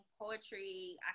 poetry